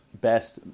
best